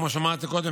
כמו שאמרתי קודם,